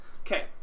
Okay